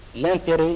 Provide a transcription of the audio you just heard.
l'intérêt